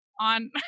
on